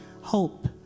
hope